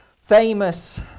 famous